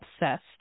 obsessed